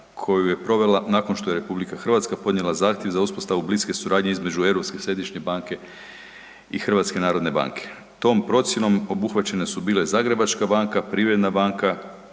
koju je provela nakon što je RH podnijela zahtjev za uspostavu bliske suradnje između Europske središnje banke i HNB-a. Tom procjenom obuhvaćene su bile Zagrebačka banka, Privredna banka,